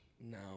no